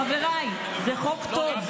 חבריי: זה חוק טוב,